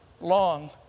long